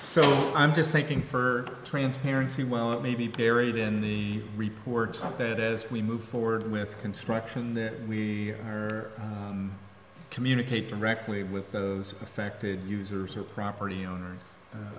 so i'm just thinking for transparency while it may be buried in the reports that as we move forward with construction that we are communicate directly with those affected users or property owners